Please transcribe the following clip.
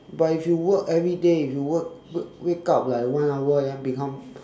but if you work everyday if you work wake wake up like one hour then become